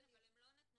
כן, אבל הם לא נתנו.